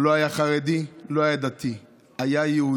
הוא לא היה חרדי, הוא לא דתי, היה יהודי